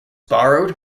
borrowed